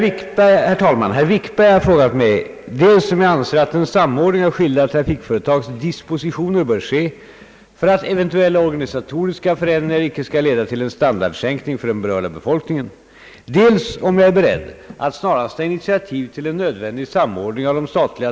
Inför den förestående tidtabelländringen för statens järnvägar förefaller förändringar i form av indragning av persontåg och hållplatser vara talrika, i varje fall i Norrlands inland.